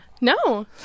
No